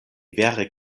vere